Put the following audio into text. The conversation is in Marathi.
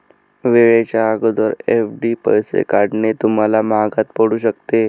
वेळेच्या अगोदर एफ.डी पैसे काढणे तुम्हाला महागात पडू शकते